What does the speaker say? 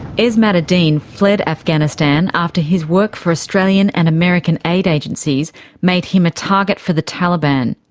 esmat adine fled afghanistan after his work for australian and american aid agencies made him a target for the taliban.